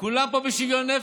כולם פה בשוויון נפש.